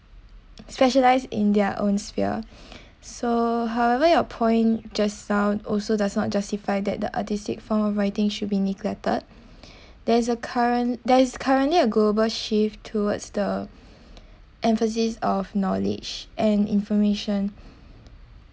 specialised in their own sphere so however your point just now also does not justify that the artistic form of writing should be neglected there is a current there is currently a global shift towards the emphasis of knowledge and information